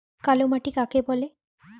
কালো মাটি কাকে বলে?